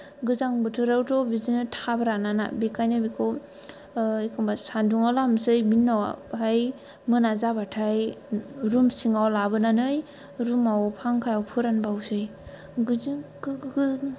गोजां बोथोरावथ' बिदिनो थाब रानाना बेखायनो बेखौ एखम्बा सान्दुंआव लामसै बिनि उनाव बाहाय मोना जाबाथाय रुम सिङाव लाबोनानै रुमाव फांखायाव फोरानबावसै गोजो गो